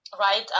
Right